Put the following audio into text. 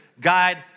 Guide